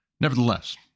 nevertheless